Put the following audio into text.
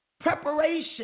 Preparation